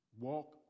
walk